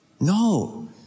No